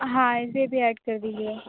हाँ इसे भी ऐड कर दीजिए